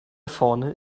vorne